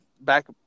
back